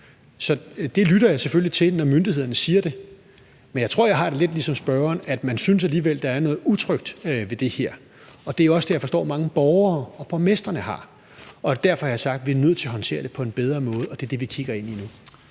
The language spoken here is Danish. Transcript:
Jeg lytter selvfølgelig til det, når myndighederne siger det, men jeg tror, at jeg har det lidt ligesom spørgeren, nemlig at man alligevel synes, at der er noget utrygt ved det her. Det er også sådan, jeg forstår mange borgere og borgmestre har det. Derfor har jeg sagt, at vi er nødt til at håndtere det på en bedre måde, og det er det, vi kigger ind i nu.